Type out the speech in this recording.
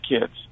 kids